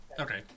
Okay